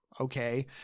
Okay